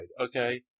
Okay